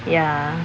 ya